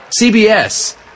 CBS